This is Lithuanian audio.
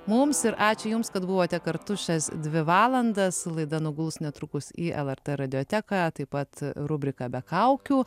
mums ir ačiū jums kad buvote kartu šias dvi valandas laida nuguls netrukus į lrt radioteką taip pat rubriką be kaukių